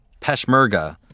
Peshmerga